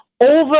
over